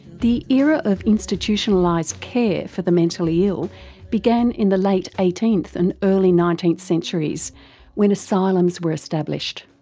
the era of institutionalised care for the mentally ill began in the late eighteenth and early nineteenth centuries when asylums were established.